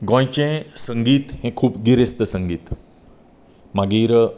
गोंयचे संगीत हे खूब गिरेस्त संगीत मागीर